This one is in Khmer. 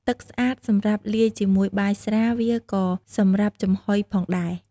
ទឹកស្អាត សម្រាប់លាយជាមួយបាយស្រា វាក៏សម្រាប់ចំហុយផងដែរ។